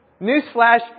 Newsflash